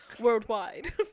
worldwide